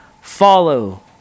follow